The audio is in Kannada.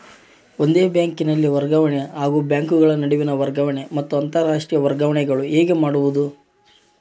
ಒಂದೇ ಬ್ಯಾಂಕಿನಲ್ಲಿ ವರ್ಗಾವಣೆ ಹಾಗೂ ಬ್ಯಾಂಕುಗಳ ನಡುವಿನ ವರ್ಗಾವಣೆ ಮತ್ತು ಅಂತರಾಷ್ಟೇಯ ವರ್ಗಾವಣೆಗಳು ಹೇಗೆ ಮಾಡುವುದು?